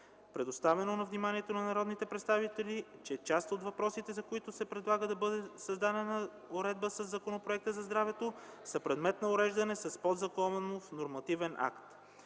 представено на вниманието на народните представители, че част от въпросите, за които се предлага да бъде създадена уредба със Закона за здравето, са предмет на уреждане с подзаконов нормативен акт.